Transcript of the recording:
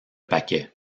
paquets